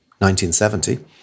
1970